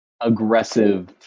aggressive